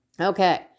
Okay